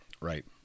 Right